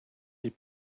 est